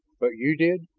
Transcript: but you did?